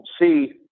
see